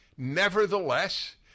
Nevertheless